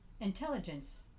intelligence